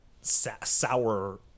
sour